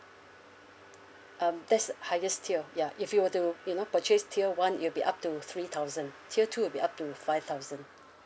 um that's highest tier ya if you were to you know purchase tier one it will be up to three thousand tier two will be up to five thousand